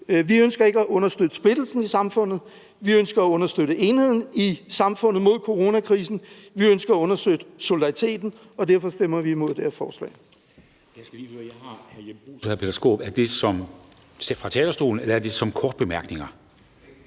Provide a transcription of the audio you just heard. Vi ønsker ikke at understøtte splittelsen i samfundet. Vi ønsker at understøtte enheden i samfundet mod coronakrisen, vi ønsker at understøtte solidariteten, og derfor stemmer vi imod det her forslag.